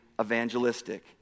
evangelistic